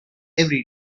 every